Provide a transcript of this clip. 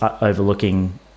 overlooking